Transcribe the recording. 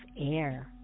air